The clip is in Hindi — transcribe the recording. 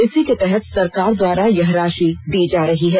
इसी के तहत सरकार द्वारा यह राषि दी जा रही है